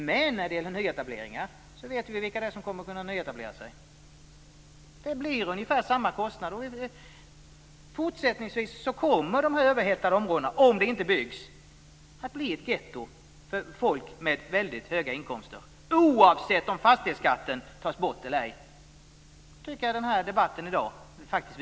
Men när det gäller nyetableringar så vet vi vilka det är som kommer att kunna nyetablera sig. Det blir ungefär samma kostnader. Fortsättningsvis kommer de överhettade områdena - om det inte byggs - att bli getton för folk med höga inkomster oavsett om fastighetsskatten tas bort eller ej. Det tycker jag att debatten i dag visar.